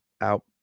out